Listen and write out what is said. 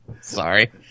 Sorry